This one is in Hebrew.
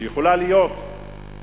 שיכולה להיות לפעמים,